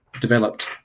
developed